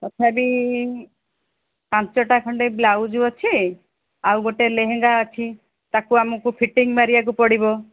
ତଥାପି ପାଞ୍ଚଟା ଖଣ୍ଡେ ବ୍ଲାଉଜ୍ ଅଛି ଆଉ ଗୋଟେ ଲେହେଙ୍ଗା ଅଛି ତାକୁ ଆମକୁ ଫିଟିଂ ମାରିବାକୁ ପଡ଼ିବ